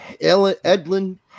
Edlin